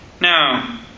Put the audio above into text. Now